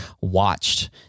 watched